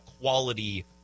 quality